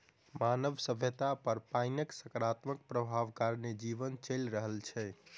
मानव सभ्यता पर पाइनक सकारात्मक प्रभाव कारणेँ जीवन चलि रहल छै